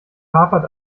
hapert